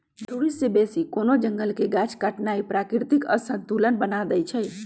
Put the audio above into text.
जरूरी से बेशी कोनो जंगल के गाछ काटनाइ प्राकृतिक असंतुलन बना देइछइ